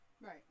right